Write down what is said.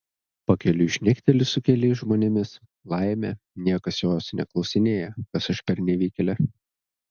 pakeliui šnekteli su keliais žmonėmis laimė niekas jos neklausinėja kas aš per nevykėlė